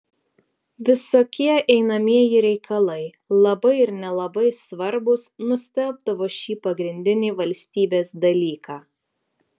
visokie einamieji reikalai labai ir nelabai svarbūs nustelbdavo šį pagrindinį valstybės dalyką